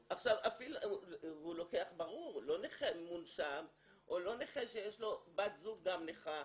ברור שהוא לוקח לא נכה מונשם או לא נכה שיש לו גם בת זוג נכה,